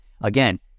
again